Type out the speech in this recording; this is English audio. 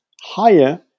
higher